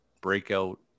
breakout